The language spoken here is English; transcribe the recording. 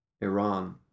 Iran